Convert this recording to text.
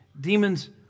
demons